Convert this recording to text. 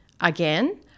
again